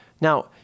Now